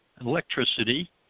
electricity